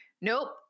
nope